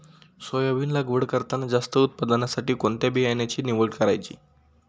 Soybean लागवड करताना जास्त उत्पादनासाठी कोणत्या बियाण्याची निवड करायची?